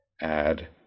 add